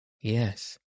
Yes